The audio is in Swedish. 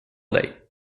dig